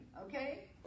okay